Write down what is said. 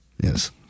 yes